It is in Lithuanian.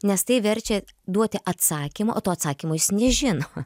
nes tai verčia duoti atsakymą o to atsakymo jis nežino